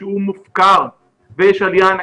שהוא מופקר ויש עלייה ענקית,